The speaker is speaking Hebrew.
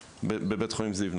בבית חולים זיו.